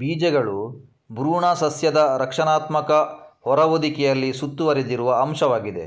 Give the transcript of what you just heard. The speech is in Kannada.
ಬೀಜಗಳು ಭ್ರೂಣ ಸಸ್ಯದ ರಕ್ಷಣಾತ್ಮಕ ಹೊರ ಹೊದಿಕೆಯಲ್ಲಿ ಸುತ್ತುವರೆದಿರುವ ಅಂಶವಾಗಿದೆ